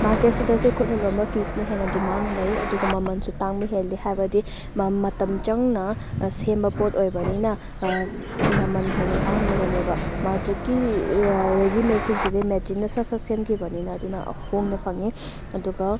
ꯃꯥꯔꯀꯦꯠꯁꯤꯗꯁꯨ ꯈꯨꯠꯅ ꯂꯣꯟꯕ ꯐꯤꯁꯤꯅ ꯍꯦꯟꯅ ꯗꯤꯃꯥꯟ ꯂꯩ ꯑꯗꯨꯒ ꯃꯃꯟꯁꯨ ꯇꯥꯡꯕ ꯍꯦꯜꯂꯤ ꯍꯥꯏꯕꯗꯤ ꯃꯇꯝ ꯆꯪꯅ ꯁꯦꯝꯕ ꯄꯣꯠ ꯑꯣꯏꯕꯅꯤꯅ ꯃꯃꯜ ꯍꯦꯟꯅ ꯇꯥꯡꯂꯤꯕꯅꯦꯕ ꯃꯥꯔꯀꯦꯠꯀꯤ ꯔꯦꯗꯤ ꯃꯦꯗꯁꯤꯡꯁꯤꯗꯤ ꯃꯦꯆꯤꯟꯅ ꯁꯠ ꯁꯠ ꯁꯦꯝꯈꯤꯕꯅꯤꯅ ꯑꯗꯨꯅ ꯍꯣꯡꯅ ꯐꯪꯉꯤ ꯑꯗꯨꯒ